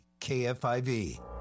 KFIV